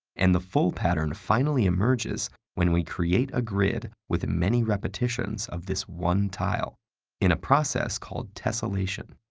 and the full pattern finally emerges when we create a grid with many repetitions of this one tile in a process called tessellation.